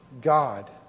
God